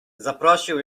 zaprosił